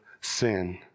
sin